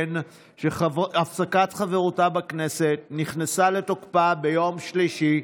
שהפסקת חברותו בכנסת נכנסה לתוקפה ביום שלישי,